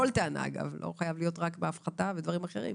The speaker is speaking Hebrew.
כל טענה ולא חייבת להיות רק בהפחתה אלא גם בדברים אחרים.